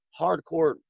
hardcore